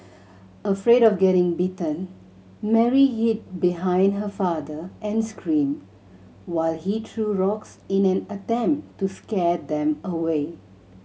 afraid of getting bitten Mary hid behind her father and screamed while he threw rocks in an attempt to scare them away